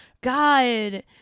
God